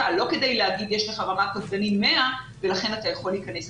ולא כדי להגיד שיש לך רמת נוגדנים 100 ולכן אתה יכול להיכנס.